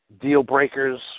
deal-breakers